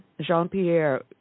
Jean-Pierre